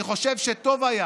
אני חושב שטוב היה